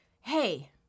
hey